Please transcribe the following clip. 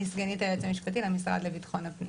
אני סגנית היועץ המשפטי למשרד לביטחון הפנים.